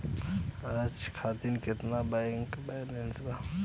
आज खातिर केतना बैलैंस बचल बा?